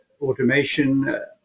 automation